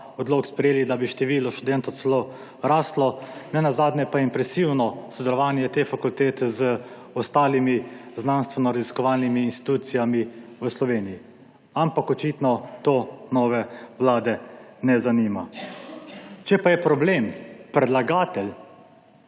odlok sprejeli, bi število študentov še raslo. Nenazadnje pa je impresivno sodelovanje te fakultete z ostalimi znanstvenoraziskovalnimi inštitucijami v Sloveniji. Ampak očitno to nove vlade ne zanima. Če pa je problem predlagatelj,